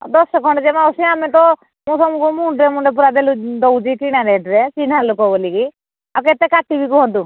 ଦଶ ଖଣ୍ଡେ ଯେ ମାଉସୀ ଆମେ ତ ମୁଁ ସବୁକୁ ମୁଣ୍ଡେ ମୁଣ୍ଡେ ପୁରା ଦେଲୁ ଦେଉଛି କିଣା ରେଟ୍ରେ ଚିହ୍ହା ଲୋକ ବୋଲିକି ଆଉ କେତେ କାଟିବି କୁହନ୍ତୁ